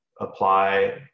apply